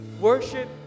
worship